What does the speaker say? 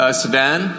sedan